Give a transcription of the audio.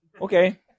Okay